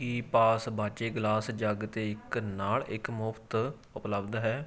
ਕੀ ਪਾਸਬਾਚੇ glass jug 'ਤੇ ਇੱਕ ਨਾਲ ਇੱਕ ਮੁਫ਼ਤ ਉਪਲਬਧ ਹੈ